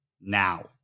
now